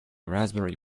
raspberry